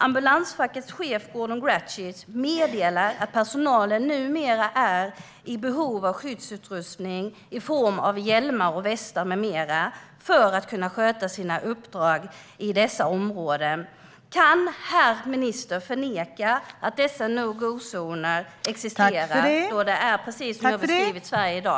Ambulansfackets ordförande Gordon Grattidge meddelar att personalen numera är i behov av skyddsutrustning i form av hjälmar, västar med mera för att kunna sköta sina uppdrag i dessa områden. Kan herr minister förneka att dessa no-go-zoner existerar då det är precis som jag har beskrivit Sverige i dag?